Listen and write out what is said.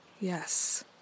yes